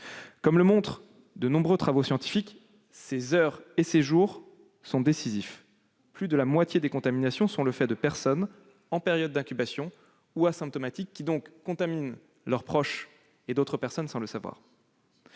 comme le prouvent de nombreux travaux scientifiques, ces heures et ces jours sont décisifs : plus de la moitié des contaminations sont le fait de personnes en période d'incubation ou asymptomatiques. Elles contaminent leurs proches et d'autres individus sans le savoir.